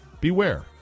beware